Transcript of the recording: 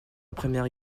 première